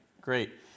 great